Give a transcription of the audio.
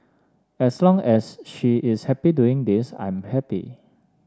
as long as she is happy doing this I'm happy